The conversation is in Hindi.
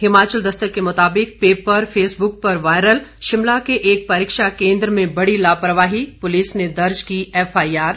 हिमाचल दस्तक के मुताबिक पेपर फेसबुक पर वायरल शिमला के एक परीक्षा केन्द्र में बड़ी लापरवाही पुलिस ने दर्ज की एफआईआर